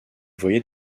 voyait